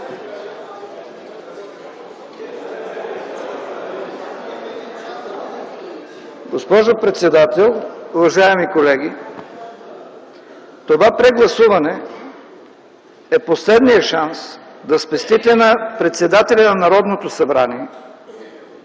Госпожо председател, уважаеми колеги! Това прегласуване е последният шанс да спестите на председателя на Народното събрание